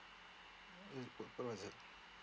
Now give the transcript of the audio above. uh what what is it